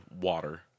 water